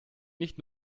nicht